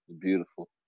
Beautiful